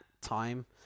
time